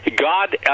God